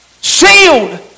Sealed